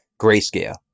Grayscale